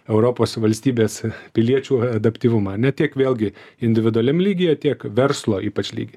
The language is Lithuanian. europos valstybės piliečių adaptyvumą ne tiek vėlgi individualiam lygyje tiek verslo ypač lyg